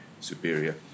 superior